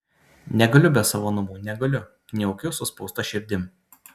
negaliu be savo namų negaliu kniaukiu suspausta širdim